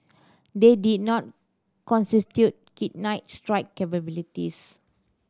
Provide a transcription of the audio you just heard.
they did not constitute kinetic strike capabilities